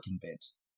convinced